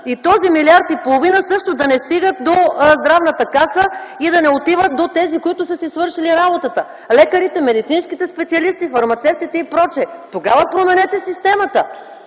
и този 1,5 млрд. също да не стига до Здравната каса и да не отива до тези, които са си свършили работата – лекарите, медицинските специалисти, фармацевтите и пр. Тогава променете системата,